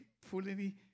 fully